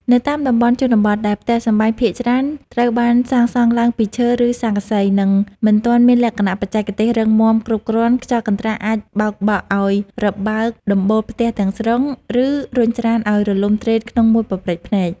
នៅតាមតំបន់ជនបទ ដែលផ្ទះសម្បែងភាគច្រើនត្រូវបានសាងសង់ឡើងពីឈើ ឬស័ង្កសី និងមិនទាន់មានលក្ខណៈបច្ចេកទេសរឹងមាំគ្រប់គ្រាន់ ខ្យល់កន្ត្រាក់អាចបោកបក់ឱ្យរបើកដំបូលផ្ទះទាំងស្រុង ឬរុញច្រានឱ្យរលំទ្រេតក្នុងមួយប៉ព្រិចភ្នែក។